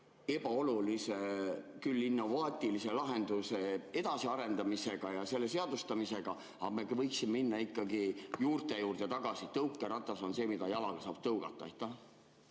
ebaolulise – küll innovaatilise – lahenduse edasiarendamise ja seadustamisega, aga me võiksime minna ikkagi juurte juurde tagasi: tõukeratas on see, mida jalaga saab tõugata.